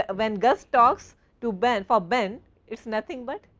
ah when gus talks to ben for ben it is nothing but,